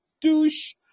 Douche